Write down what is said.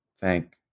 thank